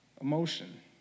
emotion